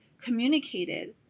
communicated